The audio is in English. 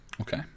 okay